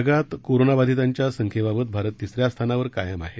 जगात कोरोनाबाधितांच्या संख्येबाबत भारत तिसऱ्या स्थानावर कायम आहे